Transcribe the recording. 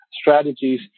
strategies